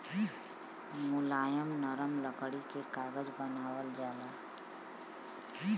मुलायम नरम लकड़ी से कागज बनावल जाला